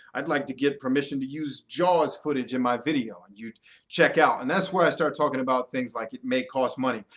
i'd like to get permission to use jaws footage in my video. and you'd check out. and that's where i start talking about things like it may cost money.